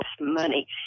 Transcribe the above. money